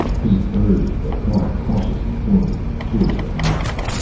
he urged the cart cautiously forward, toward the houses.